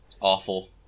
Awful